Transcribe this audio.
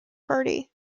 party